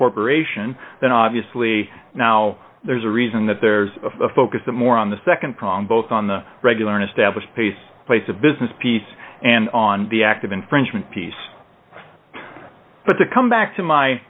corporation then obviously now there's a reason that there's a focus more on the nd prong both on the regular and established pace place of business peace and on the act of infringement piece but to come back to my